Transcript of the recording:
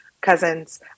cousins